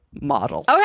model